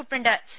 superintendent C